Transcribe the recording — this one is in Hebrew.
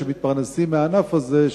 שמתפרנסים מהענף הזה,